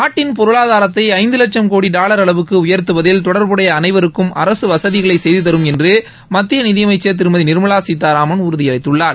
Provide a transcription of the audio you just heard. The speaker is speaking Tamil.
நாட்டின் பொருளாதாரத்தை ஐந்து வட்சும் கோடி டாவர் அளவுக்கு உயர்த்துவதில் தொடர்புடைய அனைவருக்கும் அரசு வசதிகளை செய்து தரும் என்று மத்திய நிதியனமச்சர் திருமதி நிர்மலா சீதாராமன் உறுதியளித்துள்ளார்